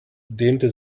dehnte